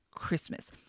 Christmas